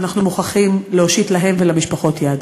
ואנחנו מוכרחים להושיט להם ולמשפחות יד.